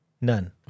None